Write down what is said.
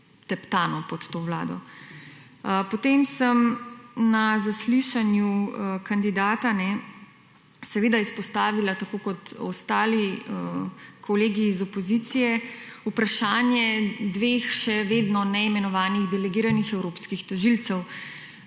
teptano pod to vlado. Potem sem na zaslišanju kandidata seveda izpostavila, tako kot ostali kolegi iz opozicije, vprašanje dveh še vedno neimenovanih delegiranih evropskih tožilcev.